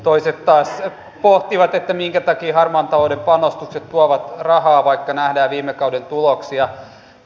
toiset taas pohtivat minkä takia harmaan talouden panostukset tuovat rahaa vaikka nähdään viime kauden tuloksia